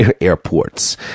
airports